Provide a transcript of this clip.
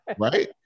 right